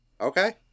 Okay